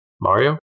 Mario